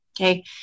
Okay